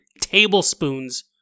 tablespoons